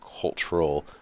cultural